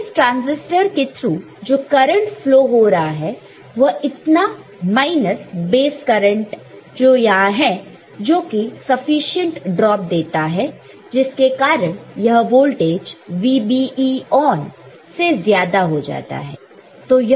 तो इस ट्रांसिस्टर के थ्रू जो करंट फ्लो हो रहा है वह इतना माइनस बेस करंट जो यहां है जो कि सफिशिएंट ड्रॉप देता है जिसके कारण यह वोल्टेज VBE on से ज्यादा हो जाता है